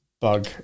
bug